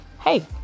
hey